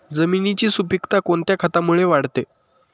जमिनीची सुपिकता कोणत्या खतामुळे वाढते?